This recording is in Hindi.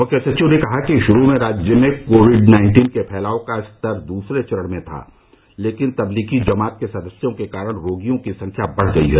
मुख्य सचिव ने कहा कि शुरू में राज्य में कोविड नाइन्टीन के फैलाव का स्तर दूसरे चरण में था लेकिन तबलीगी जमात के सदस्यों के कारण रोगियों की संख्या बढ़ गई है